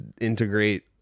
integrate